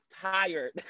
tired